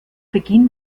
beginn